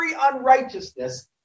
unrighteousness